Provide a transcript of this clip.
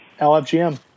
lfgm